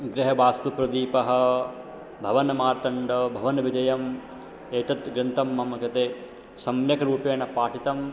गृहवास्तुप्रदीपः भवनमार्तण्डभवनविजयम् एतत्ग्रन्थं मम कृते सम्यक् रूपेण पाठितम्